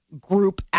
group